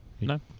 No